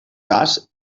cas